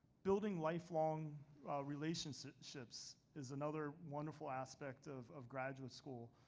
building lifelong relationships is another wonderful aspect of of graduate school.